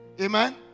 Amen